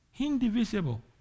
Indivisible